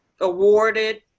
awarded